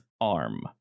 arm